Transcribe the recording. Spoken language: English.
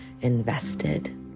invested